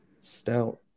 stout